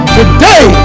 today